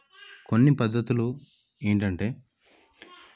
కొన్ని పద్ధతులు ఏంటంటే